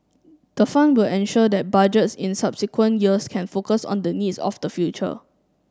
the fund will ensure that Budgets in subsequent years can focus on the needs of the future